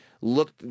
look –